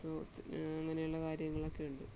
അപ്പോൾ അങ്ങനെയുള്ള കാര്യങ്ങളൊക്കെ ഉണ്ട്